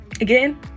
again